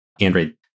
Android